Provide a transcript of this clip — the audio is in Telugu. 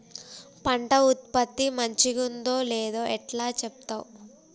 పంట ఉత్పత్తి మంచిగుందో లేదో ఎట్లా చెప్తవ్?